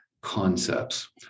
concepts